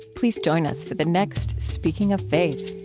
please join us for the next speaking of faith